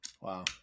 Wow